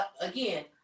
Again